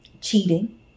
Cheating